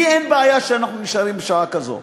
לי אין בעיה שאנחנו נשארים בשעה כזו,